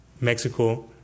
Mexico